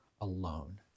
alone